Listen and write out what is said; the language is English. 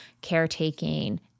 caretaking